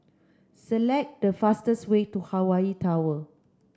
select the fastest way to Hawaii Tower